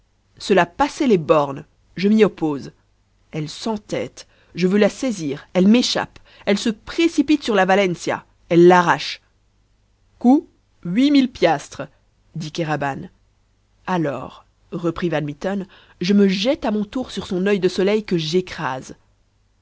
cela passait les bornes je m'y oppose elle s'entête je veux la saisir elle m'échappe elle se précipite sur la valentia elle l'arrache coût huit mille piastres dit kéraban alors reprit van mitten je me jette à mon tour sur son oeil de soleil que j'écrase